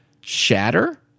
Shatter